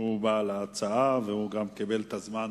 שהוא בעל ההצעה, ושהוא גם קיבל את הזמן